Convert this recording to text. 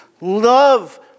love